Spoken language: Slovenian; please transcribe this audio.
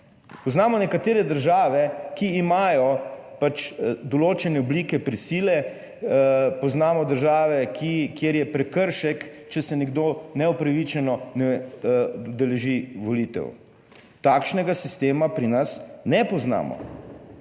Poznamo nekatere države, ki imajo pač določene oblike prisile, poznamo države, kjer je prekršek, če se nekdo neupravičeno ne udeleži volitev. Takšnega sistema pri nas ne poznamo.